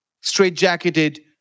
straight-jacketed